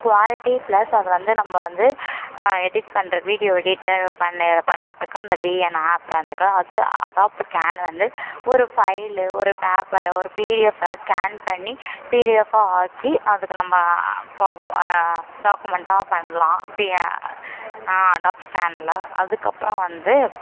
quality plus அதை வந்து நம்ம வந்து எடிட் பண்ணுற வீடியோ எடிட்டர் பண்ணு பண்ணுறதுக்கு அந்த வீஎன் ஆப் வந்துட்டு அது அடாப் ஸ்கேன்னு வந்து ஒரு ஃபைலு ஒரு பேப்பரு ஒரு பிடிஎஃப்பாக ஸ்கேன் பண்ணி பிடிஎஃப்பாக ஆக்கி அதுக்கு நம்ம டாக்குமெண்டாக பண்ணலாம் பி அடாப் ஸ்கேனில் அதுக்கப்புறம் வந்து